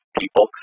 people